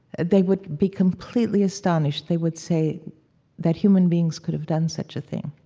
they would be completely astonished. they would say that human beings could've done such a thing.